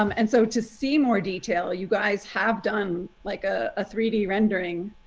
um and so to see more detail, you guys have done like a three d rendering.